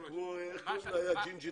יוצאי אתיופיה